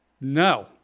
no